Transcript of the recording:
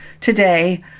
today